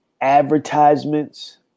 advertisements